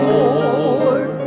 Lord